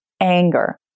anger